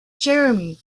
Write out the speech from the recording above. jeremy